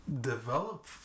develop